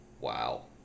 Wow